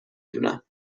دونم